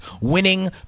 winning